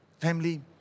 Family